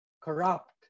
corrupt